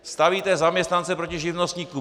Stavíte zaměstnance proti živnostníkům.